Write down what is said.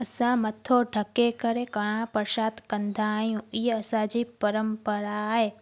असां मथो ढके करे कणाह परसाद कंदा आहियूं इहा असांजी परम्परा आहे